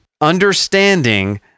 Understanding